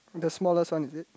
the smallest one is it